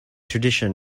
tradition